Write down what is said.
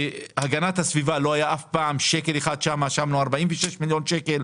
בהגנת הסביבה אף פעם לא היה ולו שקל אחד והפעם שמנו 46 מיליון שקלים.